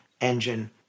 engine